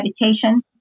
meditation